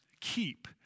keep